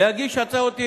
להגיש הצעות אי-אמון.